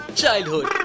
childhood